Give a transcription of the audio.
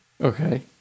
Okay